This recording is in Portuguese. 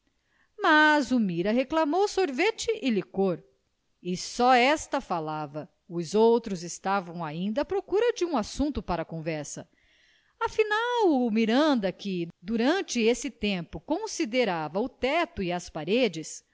mas zulmira reclamou sorvete e licor e só esta falava os outros estavam ainda à procura de um assunto para a conversa afinal o miranda que durante esse tempo contemplava o teto e as paredes